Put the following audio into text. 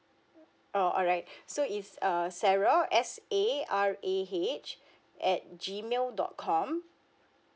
oh alright so it's err sarah S A R A H at G mail dot com